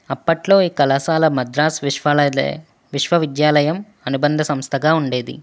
అప్పట్లో ఈ కళాశాల మద్రాస్ విశ్వలాయ విశ్వవిద్యాలయం అనుబంధ సంస్థగా ఉండేది